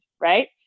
right